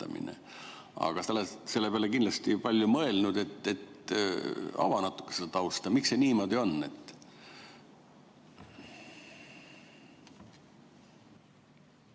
oled selle peale kindlasti palju mõelnud. Ava natukene seda tausta, miks see niimoodi on.